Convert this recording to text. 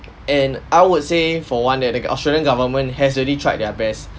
and I would say for one that the gov~ australian government has already tried their best